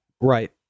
right